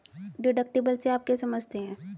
Deductible से आप क्या समझते हैं?